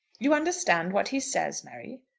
you understand what he says, mary?